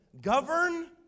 govern